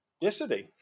yesterday